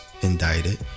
indicted